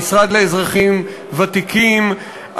המשרד לאזרחים ותיקים,